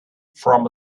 from